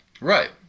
Right